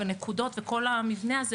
נקודות וכל המבנה הזה,